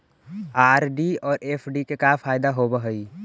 RD और FD के का फायदा होव हई?